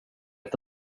att